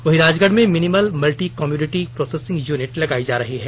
वहीं राजगढ़ में minimal multi commodity processing unit लगाया जा रहा है